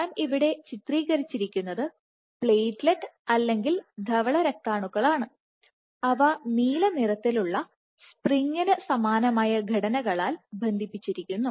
ഞാൻ ഇവിടെ ചിത്രീകരിച്ചിരിക്കുന്നത് പ്ലേറ്റ്ലെറ്റ് അല്ലെങ്കിൽ ധവള രക്താണുക്കളാണ് അവ നീല നിറത്തിലുള്ള സ്പ്രിങ്ങിന് സമാനമായ ഘടനകളാൽ ബന്ധിപ്പിച്ചിരിക്കുന്നു